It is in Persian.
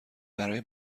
برای